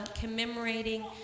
commemorating